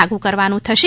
લાગુ કરવાનું થશે